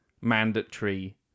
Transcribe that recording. mandatory